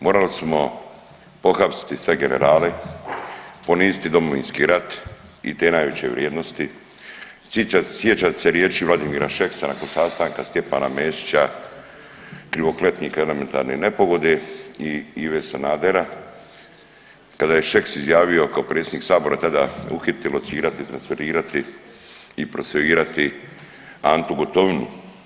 Morali smo pohapsiti sve generale, poniziti Domovinski rat i te najveće vrijednosti, sjećate se riječi Vladimira Šeksa nakon sastanka Stjepana Mesića, krivokletnika elementarne nepogode i Ive Sanadera, kada je Šeks izjavio, kao predsjednik Sabora tada uhititi, locirati, transferirati i procesuirati Antu Gotovinu.